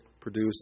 produce